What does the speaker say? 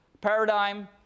paradigm